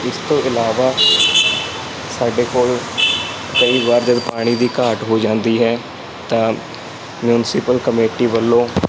ਇਸ ਤੋਂ ਇਲਾਵਾ ਸਾਡੇ ਕੋਲ ਕਈ ਵਾਰ ਪਾਣੀ ਦੀ ਘਾਟ ਹੋ ਜਾਂਦੀ ਹੈ ਤਾਂ ਮਿਊਨਸੀਪਲ ਕਮੇਟੀ ਵੱਲੋਂ